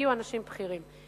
הגיעו אנשים בכירים.